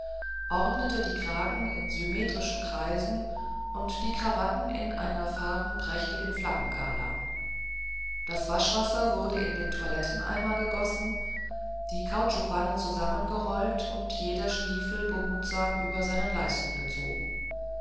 ordnete die kragen in symmetrische kreise und die krawatten zu einer farbenprächtigen flaggengala das waschwasser wurde in den toiletteneimer gegossen die kautschukwanne zusammengerollt und jeder stiefel behutsam über seinen leisten gezogen